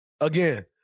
again